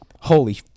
holy